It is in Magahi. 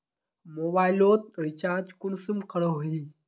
मोबाईल लोत रिचार्ज कुंसम करोही?